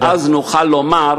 ואז נוכל לומר: